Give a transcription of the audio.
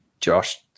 Josh